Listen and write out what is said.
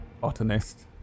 botanist